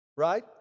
right